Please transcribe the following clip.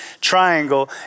triangle